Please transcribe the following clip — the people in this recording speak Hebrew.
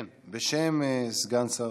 כן, בשם סגן שר